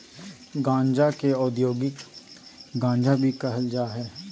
गांजा के औद्योगिक गांजा भी कहल जा हइ